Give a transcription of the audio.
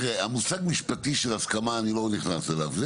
תראה, המושג המשפטי של הסכמה, אני לא נכנס אליו.